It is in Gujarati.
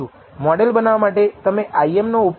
મોડેલ બનાવવા માટે તમે Im નો ઉપયોગ કરશો